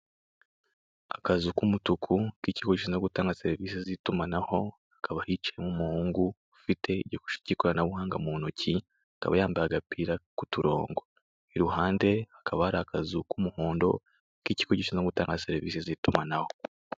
Akazu k'umutuku ki ikigo gishinzwe gutanga serivise z'itumanaho hakaba hicayemo umuhungu ufite igikoresho k'ikoranabuhanga mu ntoki akaba yambaye agapira kuturongo iruhande hakaba hari akazu k'umuhondo ki ikigo gishinzwe gutanga serivise z'itumanaho.